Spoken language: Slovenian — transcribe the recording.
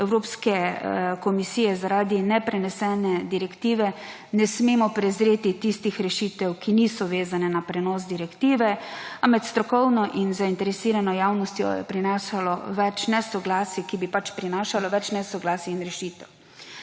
Evropske komisije zaradi neprenesene direktive ne smemo prezreti tistih rešitev, ki niso vezane na prenos direktive, a med strokovno in zainteresirano javnostjo je prineslo več nesoglasij, ki bi pač prinašalo več nesoglasij in rešitev.